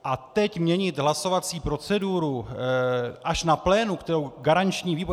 A teď měnit hlasovací proceduru až na plénu, kterou garanční výbor...